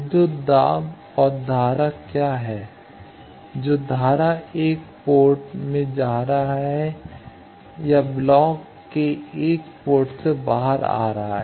विद्युत दाब और धारा क्या है जो धारा 1 पोर्ट में जा रहा है या ब्लॉक के 1 पोर्ट से बाहर आ रहा है